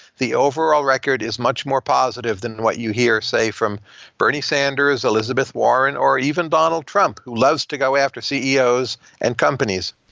the overall record is much more positive than what you hear, say, from bernie sanders, elizabeth warren or even donald trump, who loves to go after ceos and companies.